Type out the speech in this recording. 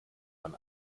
man